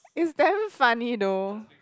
it's damn funny though